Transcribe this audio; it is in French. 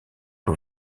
que